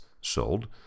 sold